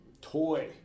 toy